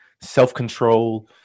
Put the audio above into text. self-control